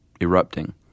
Erupting